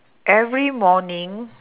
every morning